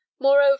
Moreover